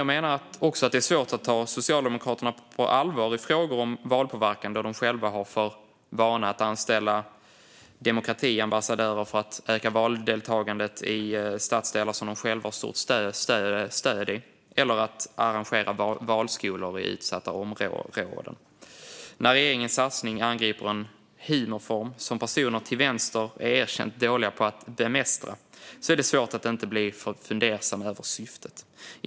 Jag menar också att det är svårt att ta Socialdemokraterna på allvar i frågor om valpåverkan då de själva har för vana att anställa "demokratiambassadörer" för att öka valdeltagandet i stadsdelar som de själva har stort stöd i eller att arrangera valskolor i utsatta områden. När regeringens satsning angriper en humorform som personer till vänster är erkänt dåliga på att bemästra är det svårt att inte bli fundersam över syftet.